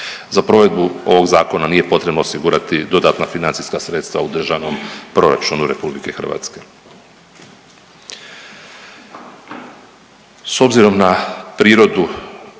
za provedbu ovog zakona nije potrebno osigurati dodatna sredstva u Državnom proračunu RH. Hvala.